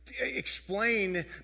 Explain